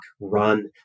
run